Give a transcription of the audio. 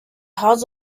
house